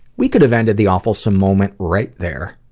we could have ended the awefulsome moment right there.